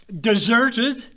deserted